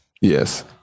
Yes